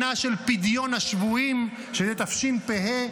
שנה של פדיון השבויים שתהיה תשפ"ה,